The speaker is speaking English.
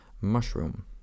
mushroom